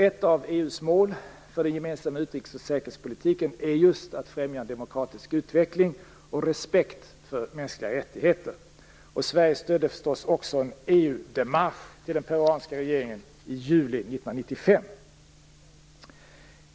Ett av EU:s mål för den gemensamma utrikes och säkerhetspolitiken är just att främja demokratisk utveckling och respekt för mänskliga rättigheter. Sverige stödde förstås också en EU-démarche till den peruanska regeringen i juli 1995.